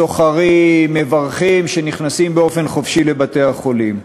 סוחרים, מברכים, שנכנסים באופן חופשי לבתי-החולים.